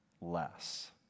less